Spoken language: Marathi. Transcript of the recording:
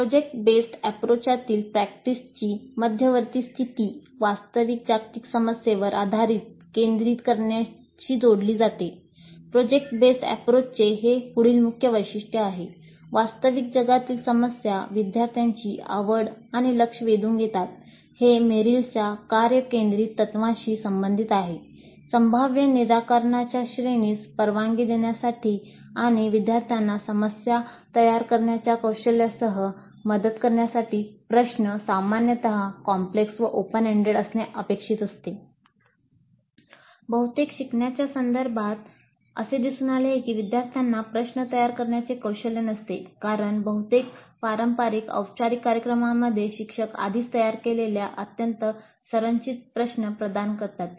प्रकल्प आधारित दृष्टिकोनातील असणे अपेक्षित असते बहुतेक शिकण्याच्या संदर्भात असे दिसून आले आहे की विद्यार्थ्यांना प्रश्न तयार करण्याचे कौशल्य नसते कारण बहुतेक पारंपारिक औपचारिक कार्यक्रमांमध्ये शिक्षक आधीच तयार केलेल्या अत्यंत संरचित प्रश्न प्रदान करतात